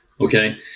Okay